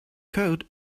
code